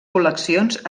col·leccions